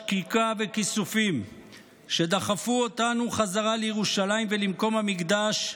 שקיקה וכיסופים שדחפו אותנו חזרה לירושלים ולמקום המקדש,